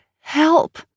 help